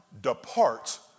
depart